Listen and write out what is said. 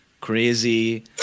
crazy